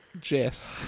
Jess